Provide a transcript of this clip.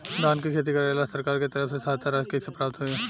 धान के खेती करेला सरकार के तरफ से सहायता राशि कइसे प्राप्त होइ?